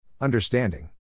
Understanding